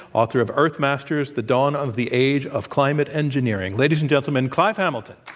author of, earthmaster the dawn of the age of climate engineering. ladies and gentlemen, clive hamilton.